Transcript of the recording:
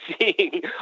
seeing